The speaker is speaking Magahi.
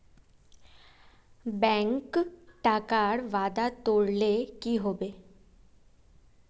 बैंक टाकार वादा तोरले कि हबे